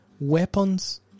Weapons